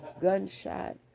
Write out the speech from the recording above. gunshot